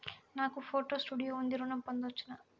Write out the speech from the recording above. నాకు photo studio ఉంది ఋణం పొంద వచ్చునా?